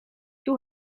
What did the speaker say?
doe